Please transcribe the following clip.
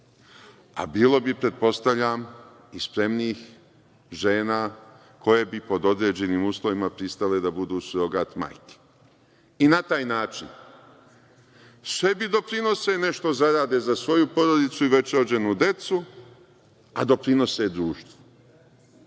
a bilo bi, pretpostavljam, i spremnih žena koje bi pod određenim uslovima pristale da budu surogat majke. Na taj način sebi doprinose, zarade za svoju porodicu i već rođenu decu, a doprinose društvu,